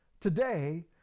Today